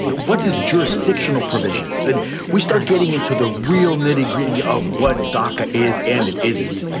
what is jurisdictional provisions? and we start getting into the real nitty gritty of what doca is and it isn't.